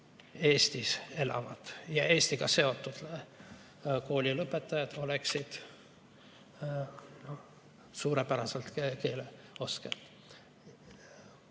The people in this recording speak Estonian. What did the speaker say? Eestis elavad ja Eestiga seotud koolilõpetajad oleksid suurepärased keeleoskajad.